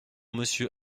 monsieur